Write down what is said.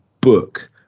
book